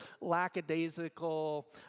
lackadaisical